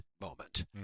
moment